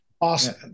Awesome